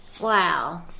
Wow